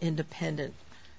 independent